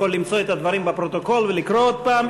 יכול למצוא את הדברים בפרוטוקול ולקרוא עוד הפעם.